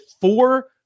four